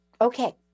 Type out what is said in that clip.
okay